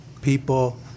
people